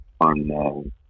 on